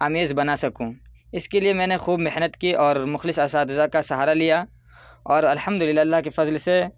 آمیز بنا سکوں اس کے لیے میں نے خوب محنت کی اور مخلص اساتذہ کا سہارا لیا اور الحمدللہ اللہ کے فضل سے